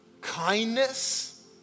kindness